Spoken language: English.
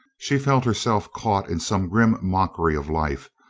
she felt herself caught in some grim mockery of life,